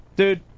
Dude